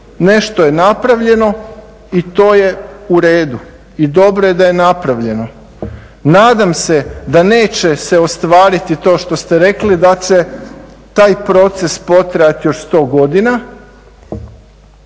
nešto je napravljeno i to je uredu i dobro je da je napravljeno. Nadam se da se neće ostvariti to što ste rekli da će taj proces potrajati još 100 godina